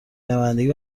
نمایندگی